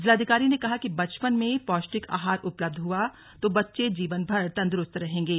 जिलाधिकारी ने कहा कि बचपन में पौष्टिक आहार उपलब्ध हुआ तो बच्चे जीवन भर तंद्रूस्त रहेंगे